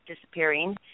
disappearing